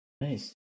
nice